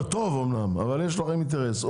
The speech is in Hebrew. טוב אמנם, אבל יש לכם אינטרס.